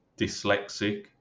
dyslexic